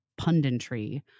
punditry